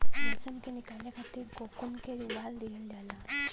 रेशम के निकाले खातिर कोकून के उबाल दिहल जाला